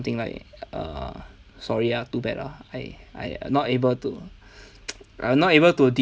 thing like err sorry ya too bad ah I I not able to I not able to